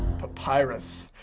papyrus.